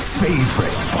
favorite